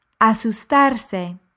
Asustarse